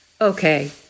Okay